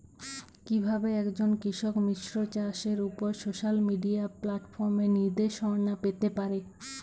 কিভাবে একজন কৃষক মিশ্র চাষের উপর সোশ্যাল মিডিয়া প্ল্যাটফর্মে নির্দেশনা পেতে পারে?